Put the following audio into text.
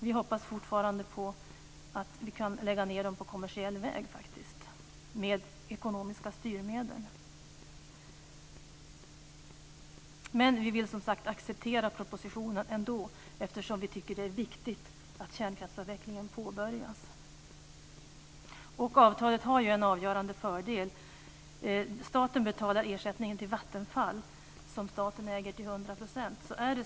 Vi hoppas fortfarande på att vi kan lägga ned dem på kommersiell väg med hjälp av ekonomiska styrmedel. Vi vill acceptera propositionen, eftersom vi tycker att det är viktigt att kärnkraftsavvecklingen påbörjas. Avtalet har en avgörande fördel. Staten betalar ersättningen till Vattenfall som staten äger till hundra procent.